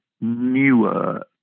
newer